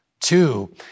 Two